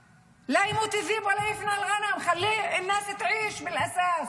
הערבית, להלן תרגומם: ) היו"ר ארז מלול: